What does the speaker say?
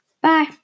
Bye